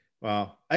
Wow